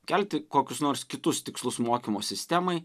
kelti kokius nors kitus tikslus mokymo sistemai